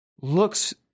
looks